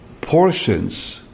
portions